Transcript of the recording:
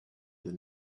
the